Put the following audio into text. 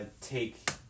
take